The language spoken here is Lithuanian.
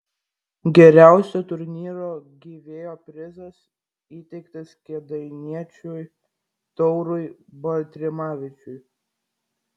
geriausio turnyro gyvėjo prizas įteiktas kėdainiečiui taurui baltrimavičiui